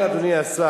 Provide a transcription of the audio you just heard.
ולכן, אדוני השר,